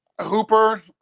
Hooper